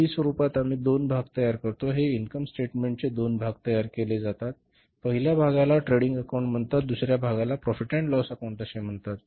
T स्वरूपात आम्ही दोन भाग तयार करतो हे इन्कम स्टेटमेंट दोन भागात तयार केले जाते पहिल्या भागाला ट्रेडिंग अकाउंट म्हणतात दुसर्या भागाला प्रोफेट आणि लॉस अकाउंट असे म्हणतात